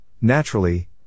naturally